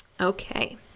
Okay